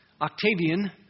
Octavian